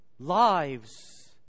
Lives